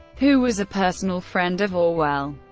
who was a personal friend of orwell.